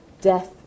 death